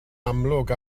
amlwg